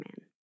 Man